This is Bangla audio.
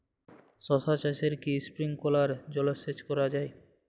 শশা চাষে কি স্প্রিঙ্কলার জলসেচ করা যায়?